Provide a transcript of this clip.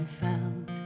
found